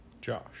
Josh